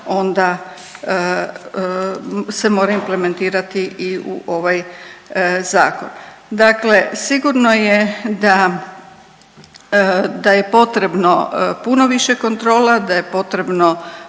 onda se moraju implementirati i u ovaj zakon. Dakle, sigurno je da je potrebno puno više kontrole, da je potrebno